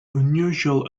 unusual